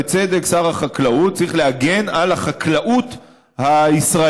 בצדק: שר החקלאות צריך להגן על החקלאות הישראלית,